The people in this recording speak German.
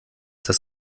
das